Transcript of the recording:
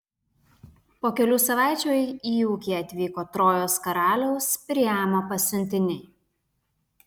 po kelių savaičių į ūkį atvyko trojos karaliaus priamo pasiuntiniai